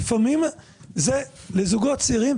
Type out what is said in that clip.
לזוגות צעירים,